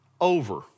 over